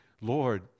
Lord